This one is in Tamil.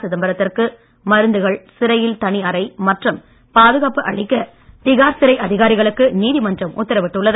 சிதம்பரத்திற்கு மருந்துகள் சிறையில் தனி அறை மற்றும் பாதுகாப்பு அளிக்க திகார் சிறை அதிகாரிகளுக்கு நீதிமன்றம் உத்தரவிட்டுள்ளது